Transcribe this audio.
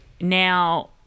now